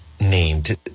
named